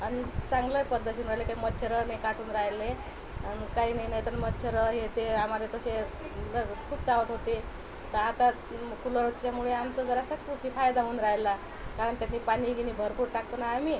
अन् चांगलं पद्धतशीर राहिले काय मच्छरं नाही काटून राहिले आणि काय नाही नाही तर मच्छरं हे ते आम्हाला तसे खूप चावत होते तर आता कूलरच्यामुळे आमचं जरासा ते फायदा होऊन राहिला कारण त्यात पाणी गिणी भरपूर टाकतो ना आम्ही